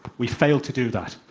we failed to do that.